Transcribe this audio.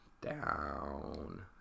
down